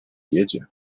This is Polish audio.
jedzie